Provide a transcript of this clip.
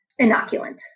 inoculant